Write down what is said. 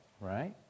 right